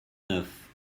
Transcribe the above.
neuf